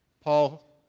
Paul